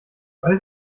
weil